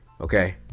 okay